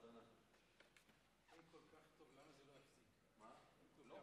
אם כל